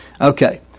Okay